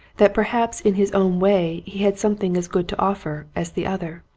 that perhaps in his own way he had something as good to offer as the other.